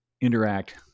interact